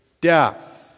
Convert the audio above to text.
death